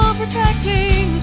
protecting